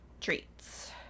treats